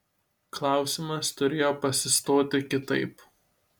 klausimas turėjo pasistoti kitaip